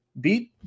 beat